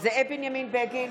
זאב בנימין בגין,